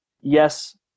yes